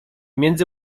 między